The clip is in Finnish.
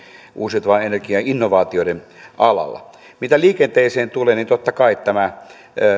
uusiutuvan energian innovaatioiden alalla mitä liikenteeseen tulee niin totta kai nämä